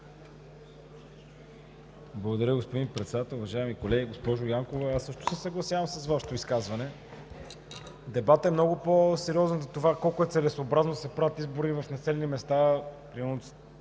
Благодаря, господин Председател. Уважаеми колеги! Госпожо Янкова, аз се съгласявам с Вашето изказване. Дебатът е много по-сериозен от това колко е целесъобразно да се правят избори в населени места с